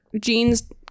jeans